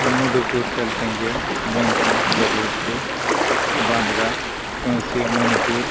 ᱢᱚᱫᱷᱩᱯᱩᱨ ᱛᱮᱞᱴᱤᱝᱜᱟ ᱵᱟᱹᱝᱠᱤ ᱡᱮᱰᱮᱨ ᱜᱷᱩᱴᱩ ᱵᱟᱸᱫᱽᱜᱟ ᱯᱟᱹᱥᱤᱭᱟᱹ ᱢᱚᱱᱤᱯᱩᱨ